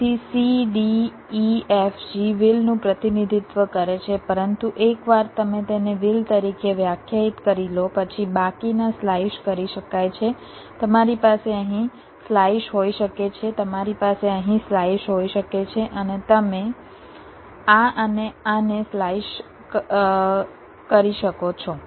તેથી c d e f g વ્હીલનું પ્રતિનિધિત્વ કરે છે પરંતુ એકવાર તમે તેને વ્હીલ તરીકે વ્યાખ્યાયિત કરી લો પછી બાકીના સ્લાઈસ કરી શકાય છે તમારી પાસે અહીં સ્લાઈસ હોઈ શકે છે તમારી પાસે અહીં સ્લાઈસ હોઈ શકે છે અને તમે આ અને આને સ્લાઈસ કરી શકો છો